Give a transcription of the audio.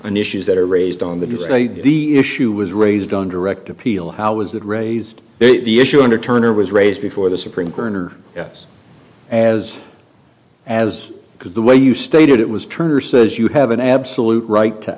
on issues that are raised on the do the issue was raised on direct appeal how was that raised the issue under turner was raised before the supreme gurn or yes as as because the way you stated it was turner says you have an absolute right to